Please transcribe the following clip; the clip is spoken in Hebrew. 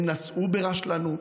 הם נסעו ברשלנות,